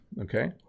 okay